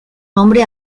nombre